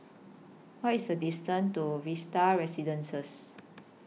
What IS The distance to Vista Residences